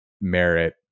merit